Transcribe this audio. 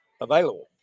available